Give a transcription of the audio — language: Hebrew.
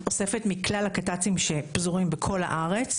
אוספת מכלל הקת"צים שפזורים בכל הארץ,